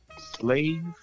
slave